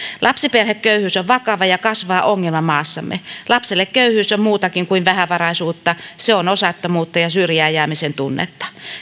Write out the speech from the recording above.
lapsiperheköyhyys on vakava ja kasvava ongelma maassamme lapselle köyhyys on muutakin kuin vähävaraisuutta se on osattomuutta ja syrjään jäämisen tunnetta